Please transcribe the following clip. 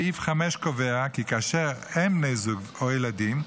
סעיף 5 קובע כי כאשר אין בן זוג או ילדים,